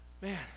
Man